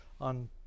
on